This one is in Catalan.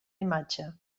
imatge